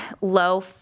low